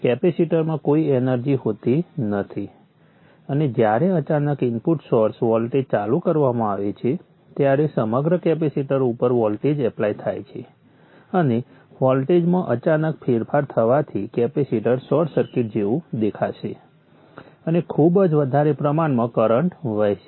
કેપેસિટરમાં કોઈ એનર્જી હોતી નથી અને જ્યારે અચાનક ઇનપુટ સોર્સ વોલ્ટેજ ચાલુ કરવામાં આવે છે ત્યારે સમગ્ર કેપેસિટર ઉપર વોલ્ટેજ એપ્લાય થાય છે અને વોલ્ટેજમાં અચાનક ફેરફાર થવાથી કેપેસિટર શોર્ટ સર્કિટ જેવુ દેખાશે અને ખૂબ જ વધારે પ્રમાણમાં કરંટ વહેશે